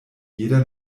jeder